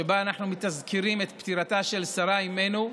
שבה אנחנו מתזכרים את פטירתה של שרה אימנו.